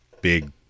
big